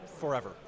forever